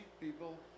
people